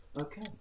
okay